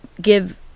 give